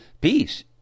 peace